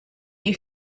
you